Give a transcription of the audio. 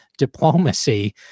diplomacy